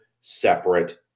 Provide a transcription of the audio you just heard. separate